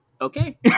Okay